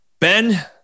Ben